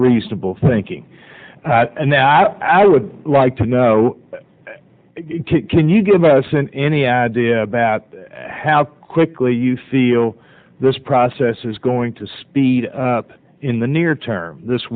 reasonable thinking and that i would like to know can you give us an any idea about how quickly you feel this process is going to speed up in the near term this